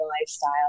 lifestyle